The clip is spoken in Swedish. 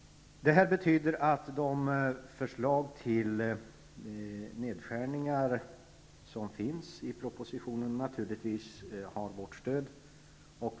De förslag till nedskärningar som finns i propositionen har naturligtvis vårt stöd.